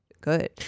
good